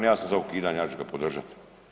Ja sam za ukidanje, ja ću ga podržati.